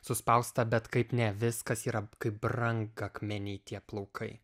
suspausta bet kaip ne viskas yra kaip brangakmeniai tie plaukai